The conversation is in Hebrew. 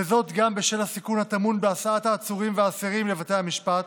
וזאת גם בשל הסיכון הטמון בהסעת העצורים והאסירים לבתי המשפט,